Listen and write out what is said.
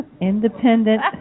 Independent